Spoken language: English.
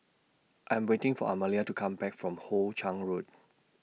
I Am waiting For Amalie to Come Back from Hoe Chiang Road